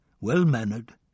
well-mannered